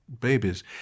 babies